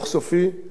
אבל תמצא.